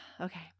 okay